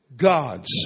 God's